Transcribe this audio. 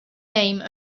name